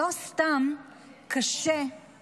לא סתם קשה,